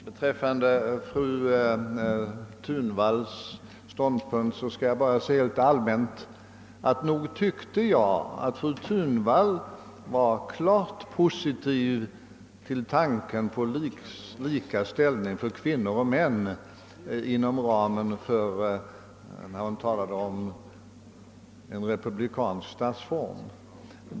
Beträffande fru Thunvalls ståndpunkt skall jag bara säga rent allmänt, att nog tyckte jag att fru Thunvall ställde sig klart positiv till tanken på lika ställning för kvinnor och män när hon talade om en republikansk statsform.